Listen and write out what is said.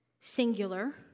Singular